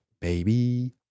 Baby